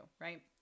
Right